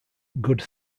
good